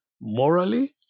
morally